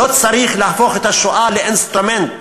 לא צריך להפוך את השואה לאינסטרומנט,